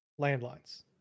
Landlines